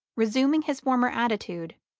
resuming his former attitude,